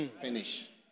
Finish